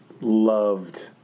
loved